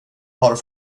har